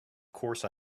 course